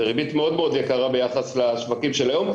זו ריבית מאוד מאוד יקרה ביחס לשווקים של היום.